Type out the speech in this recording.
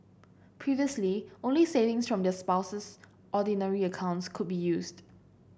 previously only savings from their spouse's Ordinary accounts could be used